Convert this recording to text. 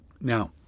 Now